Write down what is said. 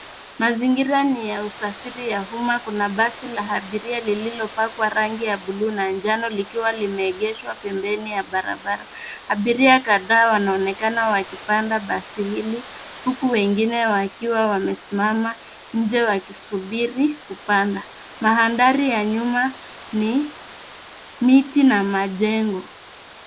Mazingira ni ya usafiri ya umma kuna basi la abiria lililopakwa rangi ya bluu na njano likiwa limeegeshwa pembeni ya barabara. Abiria kadhaa wanaonekana wakipanda basi hili, huku wengine wakiwa wamesimama nje wakisubiri kupanda. Mandhari ya nyuma ni miti na majengo.